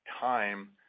time